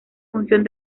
función